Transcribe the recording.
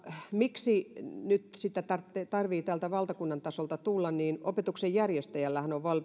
miksi sitä nyt tarvitsee täältä valtakunnan tasolta tulla opetuksen järjestäjällähän on